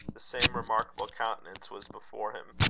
the same remarkable countenance was before him.